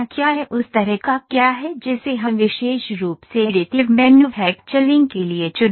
उस तरह का क्या है जिसे हम विशेष रूप से एडिटिव मैन्युफैक्चरिंग के लिए चुन सकते हैं